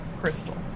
crystal